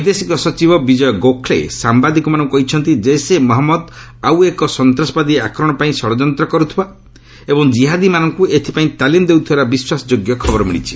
ବୈଦେଶିକ ସଚିବ ବିଜୟ ଗୋଖଲେ ସାମ୍ବାଦିକମାନଙ୍କୁ କହିଛନ୍ତି ଜୈସେ ମହମ୍ମଦ ଆଉ ଏକ ସନ୍ତାସବାଦୀ ଆକ୍ରମଣ ପାଇଁ ଷଡ଼ଯନ୍ତ କରୁଥିବା ଏବଂ କିହାଦୀମାନଙ୍କୁ ଏଥିପାଇଁ ତାଲିମ୍ ଦେଉଥିବାର ବିଶ୍ୱାସଯୋଗ୍ୟ ଖବର ମିଳିଛି